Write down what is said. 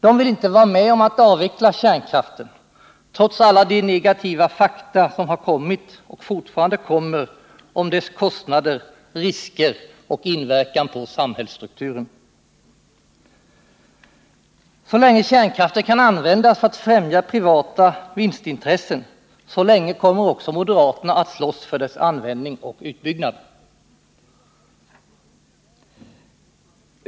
De vill inte vara med om att avveckla kärnkraften, trots alla de negativa fakta som kommit och fortfarande kommer om dess kostnader, risker och inverkan på samhällsstrukturen. Så länge kärnkraften kan användas för att främja privata vinstintressen, så länge kommer också moderaterna att slåss för dess användning och utbyggnad.